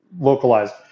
localized